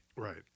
Right